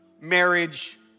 marriage